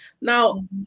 Now